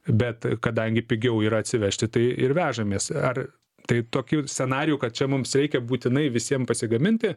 bet kadangi pigiau yra atsivežti tai ir vežamės ar tai tokių scenarijų kad čia mums reikia būtinai visiem pasigaminti